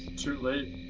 too late.